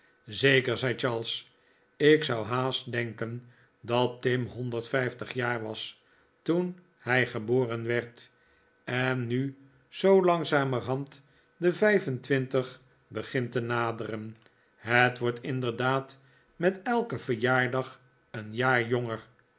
zeker zei charles ik zou haast denken dat tim honderd vijftig jaar was toen hij geboren werd en nu zoo langzamerhand de vijf en twintig begint te naderen hij wordt inderdaad met elken verjaardag een jaar jonger